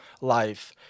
life